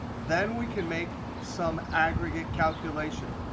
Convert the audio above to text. then we can make some aggregate calculation.